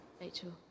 Rachel